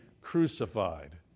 crucified